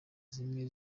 zimwe